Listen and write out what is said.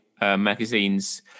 magazines